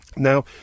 Now